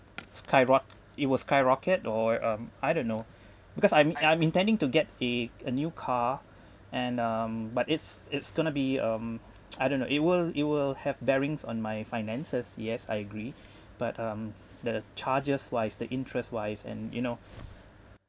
sky rock it will skyrocket or um I don't know because I'm I'm intending to get a a new car and um but it's it's going to be um I don't know it will it will have bearings on my finances yes I agree but um the charges wise the interest wise and you know